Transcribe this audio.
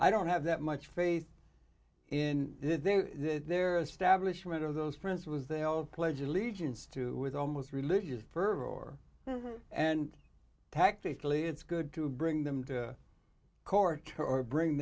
i don't have that much faith in theirs stablish right of those friends was they all pledge allegiance to with almost religious fervor or and tactically it's good to bring them to court or bring